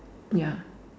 ya